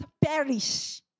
perish